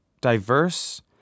diverse